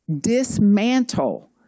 dismantle